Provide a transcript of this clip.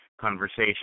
conversation